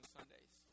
Sundays